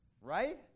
Right